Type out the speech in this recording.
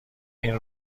این